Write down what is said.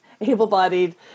able-bodied